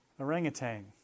Orangutan